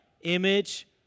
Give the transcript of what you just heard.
image